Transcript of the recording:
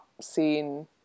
scene